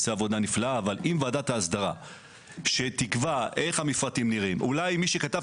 אם ועדת האסדרה שתקבע איך המפרטים נראים אולי מי שכתב